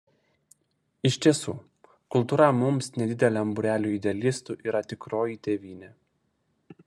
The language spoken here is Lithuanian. iš tiesų kultūra mums nedideliam būreliui idealistų yra tikroji tėvynė